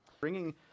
bringing